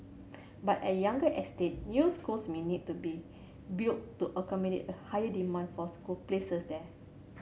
but at younger estate new schools may need to be built to accommodate a higher demand for school places there